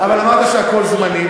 אבל אמרת שהכול זמני,